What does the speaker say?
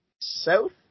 south